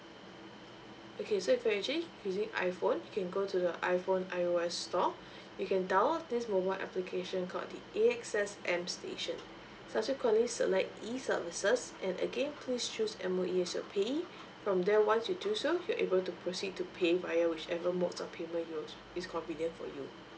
okay so if you actually using iphone you can go to your iphone I_O_S store you can download this mobile application called the A_X_S am station subsequently select e services and again please choose M_O_E as your payee from there once you do so you're able to proceed to pay via whichever modes of payment you're is convenient for you